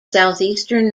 southeastern